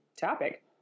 topic